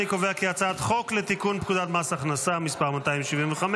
אני קובע כי הצעת חוק לתיקון פקודת מס הכנסה (מס' 275),